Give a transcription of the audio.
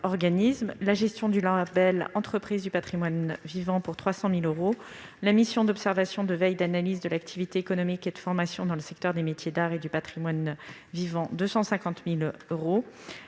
la gestion du label « Entreprises du patrimoine vivant » pour 300 000 euros, la mission d'observation de veille et d'analyse de l'activité économique et de formation dans le secteur des métiers d'art et du patrimoine vivant pour 250 000 euros,